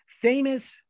famous